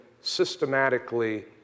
systematically